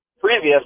previous